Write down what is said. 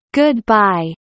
goodbye